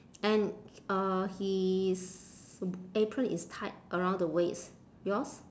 and uh his apron is tied around the waist yours